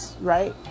right